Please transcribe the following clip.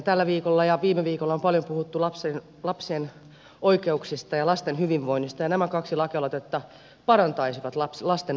tällä viikolla ja viime viikolla on paljon puhuttu lapsen oikeuksista ja lasten hyvinvoinnista ja nämä kaksi lakialoitetta parantaisivat lasten asemaa suomessa